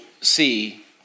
see